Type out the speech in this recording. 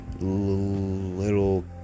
little